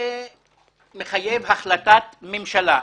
זה מחייב החלטת ממשלה.